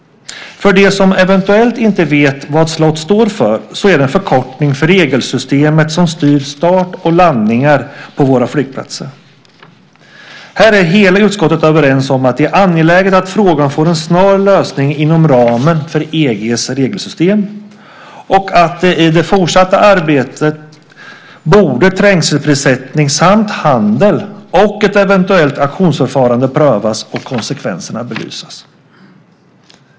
För dem som eventuellt inte vet vad "slot" står för kan jag tala om att det är en förkortning för regelsystemet som styr start och landning på våra flygplatser. Här är hela utskottet överens om att det är angeläget att frågan får en snar lösning inom ramen för EG:s regelsystem och att i det fortsatta arbetet borde trängselprissättning samt handel och ett eventuellt auktionsförfarande prövas och konsekvenserna belysas.